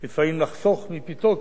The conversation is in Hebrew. לפעמים לחסוך מפתו,